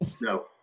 No